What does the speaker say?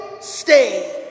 stay